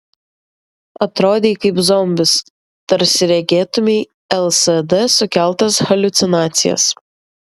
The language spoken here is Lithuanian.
atrodei kaip zombis tarsi regėtumei lsd sukeltas haliucinacijas